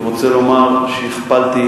אני רוצה לומר שהכפלתי,